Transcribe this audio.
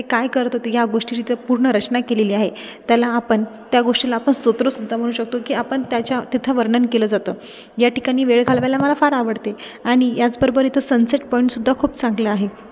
ते काय करत होते या गोष्टी पूर्ण रचना केलेली आहे त्याला आपण त्या गोष्टीला आपण स्त्रोत्रसुद्धा म्हणू शकतो की आपण त्याच्या तिथे वर्णन केलं जातं या ठिकाणी वेळ घालवायला मला फार आवडते आणि याचबरोबर इथं सनसेट पॉईंटसुद्धा खूप चांगलं आहे